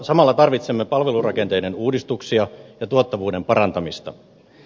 samalla tarvitsemme palvelurakenteiden uudistuksia ja tuottavuuden parantamista